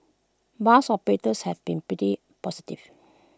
bus operators have been pretty positive